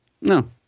No